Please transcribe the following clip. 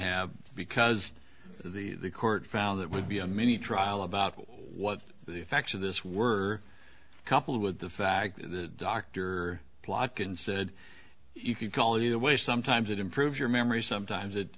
have because the court found that would be a mini trial about what the effects of this were coupled with the fact that dr plotkin said you could call it either way sometimes it improves your memory sometimes it